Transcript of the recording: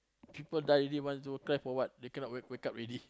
people die already want you to cry for what they cannot wake wake up already